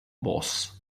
boss